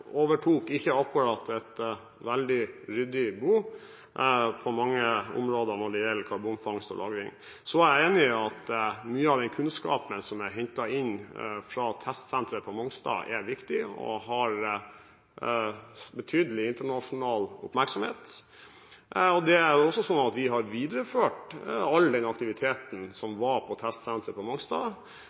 er enig i at mye av den kunnskapen som er hentet inn fra testsenteret på Mongstad, er viktig og har betydelig internasjonal oppmerksomhet, og det er også slik at vi har videreført all den aktiviteten som var på testsenteret på Mongstad